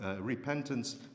repentance